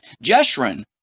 Jeshurun